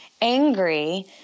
angry